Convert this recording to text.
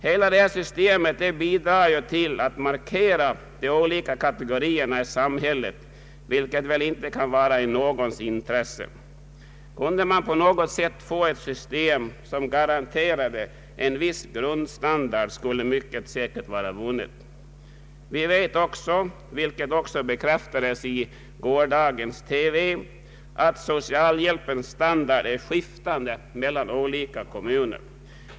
Hela systemet bidrar till att markera de olika kategorierna i samhället, vilket väl inte kan vara i någons intresse. Kunde man på något sätt få till stånd ett system som garanterade en viss grundstandard, skulle mycket säkert vara vunnet. Vi vet också — vilket bekräftades i gårdagens TV-program — att socialhjälpens standard skiftar mellan olika kommuner.